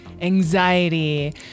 anxiety